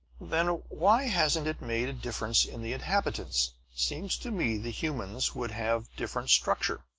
then, why hasn't it made a difference in the inhabitants? seems to me the humans would have different structure.